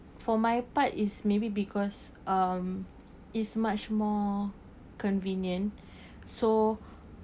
for my part is maybe because um is much more convenient so